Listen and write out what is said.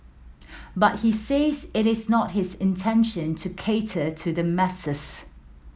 but he says it is not his intention to cater to the masses